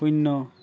শূন্য